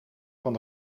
van